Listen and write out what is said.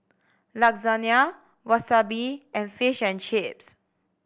Lasagne Wasabi and Fish and Chips